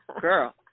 girl